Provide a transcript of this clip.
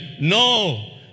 No